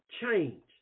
Change